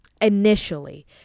Initially